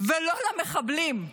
ולא למחבלים.